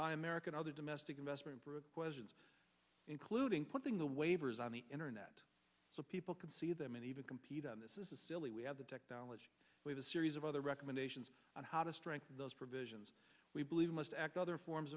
buy american other domestic investment questions including putting the waivers on the internet so people can see them and even compete on this is a silly we have the technology with a series of other recommendations on how to strengthen those provisions we believe must act other forms